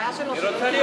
הצעת